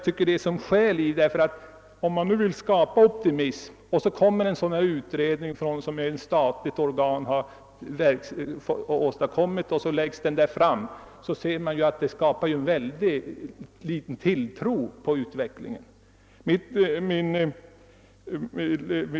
Trots att man nu vill skapa optimism avlämnar alltså en stalig utredning ett betänkande som skapar mycket liten tilltro till utvecklingen.